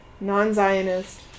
non-Zionist